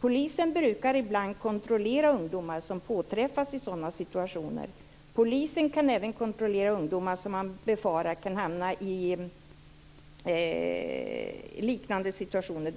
Polisen brukar ibland kontrollera ungdomar som påträffas i sådana situationer. Polisen kan även kontrollera ungdomar som man befarar kan hamna i liknande situationer.